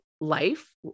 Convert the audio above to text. life